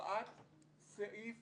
במסמך שנשלח לפני חודש עם הערות על תזכיר